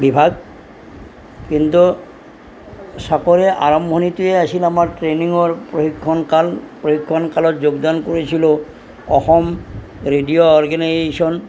বিভাগ কিন্তু চাকৰিৰ আৰম্ভণিটোৱে আছিল আমাৰ ট্ৰেইনিঙৰ প্ৰশিক্ষণ কাল প্ৰশিক্ষণকালত যোগদান কৰিছিলো অসম ৰেডিঅ' অৰ্গেনাইজেশ্যন